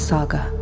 Saga